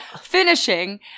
finishing